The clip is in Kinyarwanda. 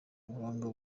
ubuhanga